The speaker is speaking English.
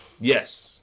Yes